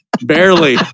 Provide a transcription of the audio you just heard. Barely